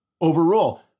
overrule